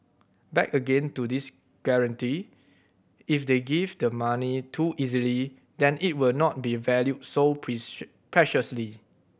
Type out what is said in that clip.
back again to this guarantee if they give the money too easily then it will not be valued so preciously